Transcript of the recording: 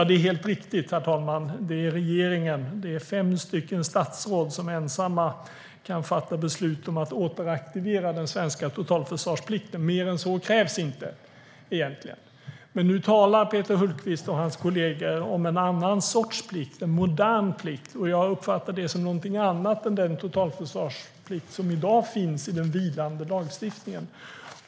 Det är helt riktigt, herr talman, att det är regeringen, fem statsråd, som ensamma kan fatta beslut om att återaktivera den svenska totalförsvarsplikten. Mer än så krävs egentligen inte. Men nu talar Peter Hultqvist och hans kollegor om en annan sorts plikt, en modern plikt. Jag uppfattar det som något annat än den totalförsvarsplikt som i dag finns i den vilande lagstiftningen.